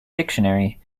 dictionary